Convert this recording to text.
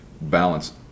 balance